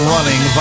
Running